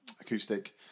acoustic